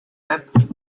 app